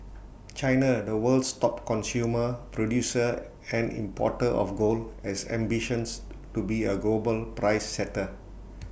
China the world's top consumer producer and importer of gold has ambitions to be A global price setter